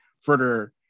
further